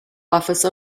office